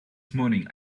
morning